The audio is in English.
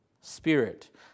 spirit